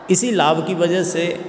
इसी लाभ की वजह से